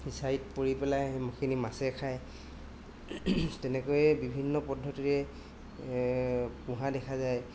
ফিচাৰীত পৰি পেলাই সেইখিনি মাছে খায় তেনেকৈয়ে বিভিন্ন পদ্ধতিৰে পোহা দেখা যায়